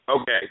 Okay